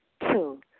Two